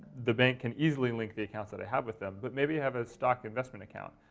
the bank can easily link the accounts that i have with them. but maybe you have a stock investment account,